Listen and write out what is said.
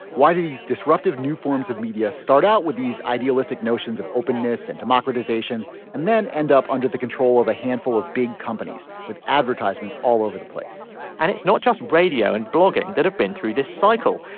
why do these disruptive new forms of media start out with these idealistic notions of openness and democratization and then end up under the control of a handful of big companies with advertisers all over the place and it's not just radio and blogging that have been through this cycle.